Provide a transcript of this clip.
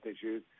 issues